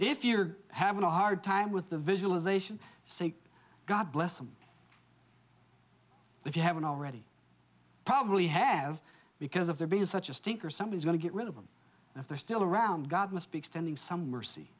if you're having a hard time with the visualization say god bless them if you haven't already probably have because of their being such a stinker somebody's going to get rid of them if they're still around god must be extending some mercy